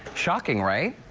shocking, right?